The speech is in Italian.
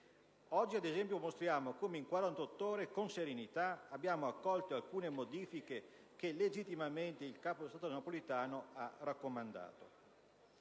Oggi, ad esempio, mostriamo come in quarantott'ore, con serenità, abbiamo accolto alcune modifiche che legittimamente il capo dello Stato Napolitano ha raccomandato.